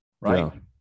right